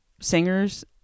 singers